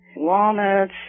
Walnuts